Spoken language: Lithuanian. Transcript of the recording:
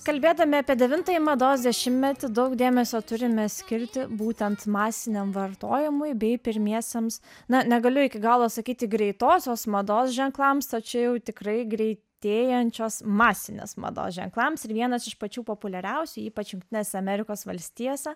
kalbėdami apie devintąjį mados dešimtmetį daug dėmesio turime skirti būtent masiniam vartojimui bei pirmiesiems na negaliu iki galo sakyti greitosios mados ženklams tai čia jau tikrai greitėjančios masinės mados ženklams ir vienas iš pačių populiariausių ypač jungtinėse amerikos valstijose